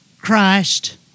Christ